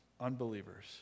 unbelievers